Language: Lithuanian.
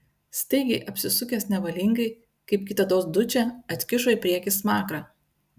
staigiai apsisukęs nevalingai kaip kitados dučė atkišo į priekį smakrą